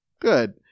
good